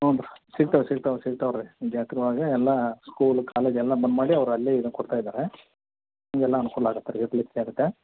ಹ್ಞೂ ಬರ್ರಿ ಸಿಗ್ತಾವೆ ಸಿಗ್ತಾವೆ ಸಿಕ್ತಾವೆ ರೀ ಜಾತ್ರೆ ಒಳಗೆ ಎಲ್ಲ ಸ್ಕೂಲ್ ಕಾಲೇಜ್ ಎಲ್ಲ ಬಂದ್ ಮಾಡಿ ಅವ್ರು ಅಲ್ಲಿ ಇದು ಕೊಡ್ತಾಯಿದ್ದಾರೆ ಹೀಗೆಲ್ಲ ಅನುಕೂಲ ಆಗತ್ತೆ ರೀ ಇರಲಿಕ್ಕೆ ಆಗುತ್ತೆ